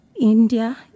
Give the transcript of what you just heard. India